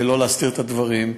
ולא להסתיר את הדברים.